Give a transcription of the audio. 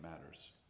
matters